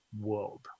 world